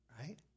Right